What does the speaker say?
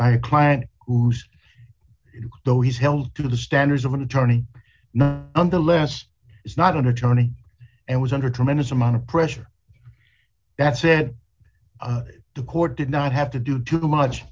by a client whose though he's held to the standards of an attorney not under less is not an attorney and was under tremendous amount of pressure that said the court did not have to do too much